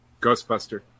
Ghostbuster